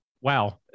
wow